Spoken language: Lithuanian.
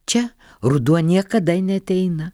čia ruduo niekada neateina